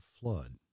flood